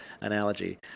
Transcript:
analogy